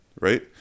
Right